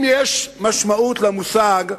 אם יש משמעות למושג,